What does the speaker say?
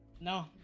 No